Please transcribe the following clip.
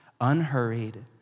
Unhurried